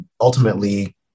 ultimately